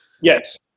Yes